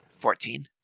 Fourteen